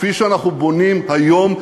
כפי שאנחנו בונים היום,